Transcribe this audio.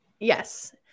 Yes